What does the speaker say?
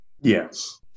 yes